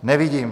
Nevidím.